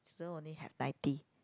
student only have ninety